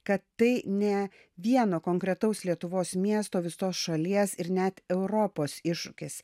kad tai ne vieno konkretaus lietuvos miesto visos šalies ir net europos iššūkis